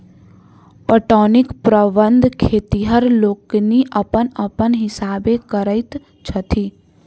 पटौनीक प्रबंध खेतिहर लोकनि अपन अपन हिसाबेँ करैत छथि